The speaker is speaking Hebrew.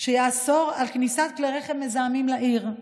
שתיאסר בו כניסת כלי רכב מזהמים לעיר.